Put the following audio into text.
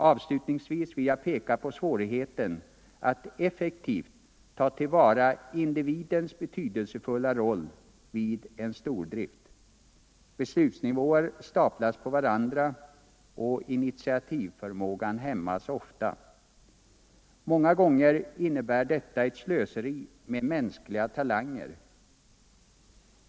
Avslutningsvis vill jag peka på svårigheten att effektivt ta till vara individens betydelsefulla roll vid stordrift. Beslutsnivåer staplas på varandra och initiativförmågan hämmas ofta. Många gånger innebär detta ett slöseri med mänskliga talanger.